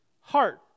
heart